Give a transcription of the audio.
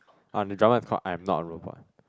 ah the drama is call I am not a robot